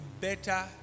better